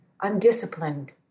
undisciplined